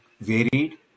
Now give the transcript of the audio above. varied